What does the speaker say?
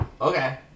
Okay